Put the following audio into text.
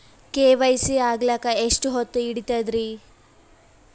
KYC ಆಗಲಕ್ಕ ಎಷ್ಟ ಹೊತ್ತ ಹಿಡತದ್ರಿ?